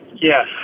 Yes